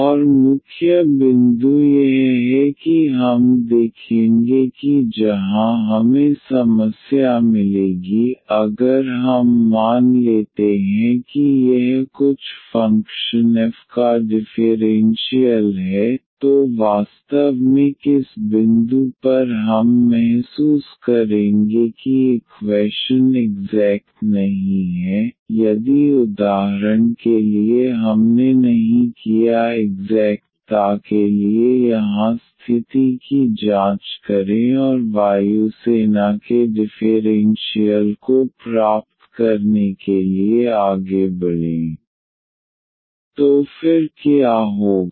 और मुख्य बिंदु यह है कि हम देखेंगे कि जहां हमें समस्या मिलेगी अगर हम मान लेते हैं कि यह कुछ फ़ंक्शन f का डिफ़ेरेन्शियल है तो वास्तव में किस बिंदु पर हम महसूस करेंगे कि इक्वैशन इग्ज़ैक्ट नहीं है यदि उदाहरण के लिए हमने नहीं किया इग्ज़ैक्ट ता के लिए यहां स्थिति की जांच करें और वायु सेना के डिफ़ेरेन्शियल को प्राप्त करने के लिए आगे बढ़ें3xyy2dxx2xydy0 तो फिर क्या होगा